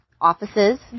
offices